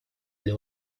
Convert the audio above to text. для